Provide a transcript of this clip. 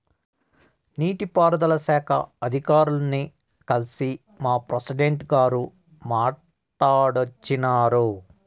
నీటి పారుదల శాఖ అధికారుల్ని కల్సి మా ప్రెసిడెంటు గారు మాట్టాడోచ్చినారు